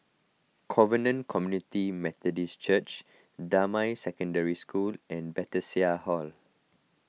Covenant Community Methodist Church Damai Secondary School and Hall